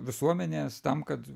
visuomenės tam kad